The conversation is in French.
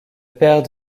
père